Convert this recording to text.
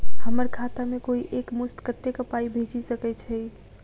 हम्मर खाता मे कोइ एक मुस्त कत्तेक पाई भेजि सकय छई?